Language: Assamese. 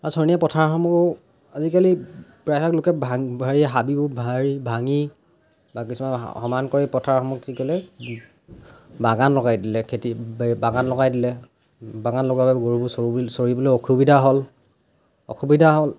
অ' চৰনীয়া পথাৰসমূহ আজিকালি প্ৰায়ভাগ লোকে হাবিবোৰ ভাঙি বা কিছুমান সমান কৰি পথাৰসমূহ কি কৰে বাগান লগাই দিলে খেতি বাগান লগাই দিলে বাগান লগালে গৰুবোৰ চৰিবলৈ অসুবিধা হ'ল অসুবিধা হ'ল